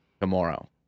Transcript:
tomorrow